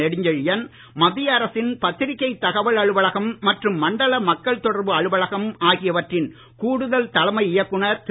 நெடுஞ்செழியன் மத்திய அரசின் பத்திரிகை தகவல் அலுவலகம் மற்றும் மண்டல மக்கள் தொடர்பு அலுவலகம் ஆகியவற்றின் கூடுதல் தலைமை இயக்குனர் திரு